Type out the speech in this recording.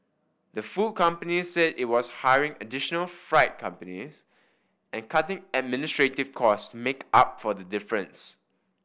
the food company said it was hiring additional freight companies and cutting administrative costs make up for the difference